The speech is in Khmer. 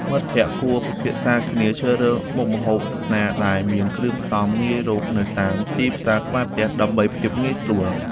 មិត្តភក្តិគួរពិភាក្សាគ្នាជ្រើសរើសមុខម្ហូបណាដែលមានគ្រឿងផ្សំងាយរកនៅតាមទីផ្សារក្បែរផ្ទះ ដើម្បីភាពងាយស្រួល។